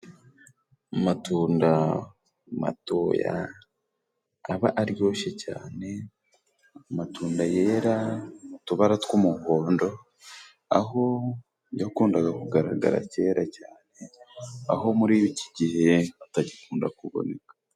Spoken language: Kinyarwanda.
Amatunda matoya aba aryoshye cyane amatunda yera, mu tubara tw'umuhondo aho yakundaga kugaragara kera cyane, aho muri iki gihe atagikunda kuboneka.